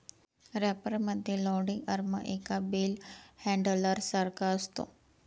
wrapper मध्ये landing arm एका bell handler सारखा असतो